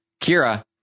Kira